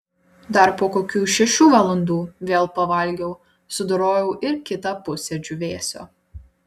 dar po kokių šešių valandų vėl pavalgiau sudorojau ir kitą pusę džiūvėsio